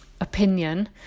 opinion